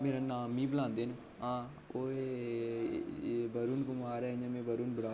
मेरा नांऽ मी बलांदे न आं ओह् ओए वरुण कुमार इ'यां में वरुण बराल ऐ